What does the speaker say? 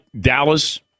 Dallas